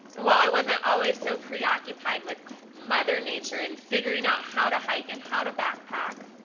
and while i wasn't always so preoccupied with mother nature and figuring out how to hike and how to backpack.